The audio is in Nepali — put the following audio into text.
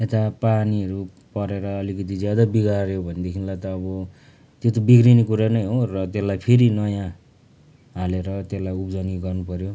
यता पानीहरू परेर अलिकति ज्यादा बिग्राऱ्यो भनेदेखिलाई त अब त्यो त बिग्रिने कुरा नै हो र त्यसलाई फेरि नयाँ हालेर त्यसलाई उब्जनी गर्नु पऱ्यो